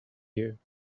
you